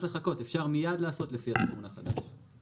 לחכות אפשר מיד לעשות לפי הפתרון החדש,